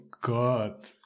god